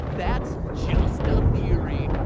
that's just a theory.